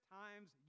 times